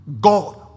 God